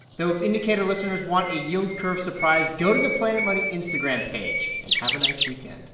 though if indicator listeners want a yield curve surprise, go to the planet money instagram page and have a nice weekend